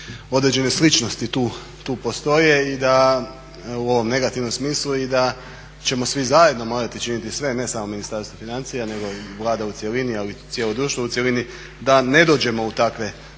određene sličnosti tu postoje u ovom negativnom smislu i da ćemo svi zajedno morati činiti sve, ne samo Ministarstvo financija nego Vlada u cjelini ali i cijelo društvo u cjelini da ne dođemo u takve teške